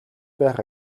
байх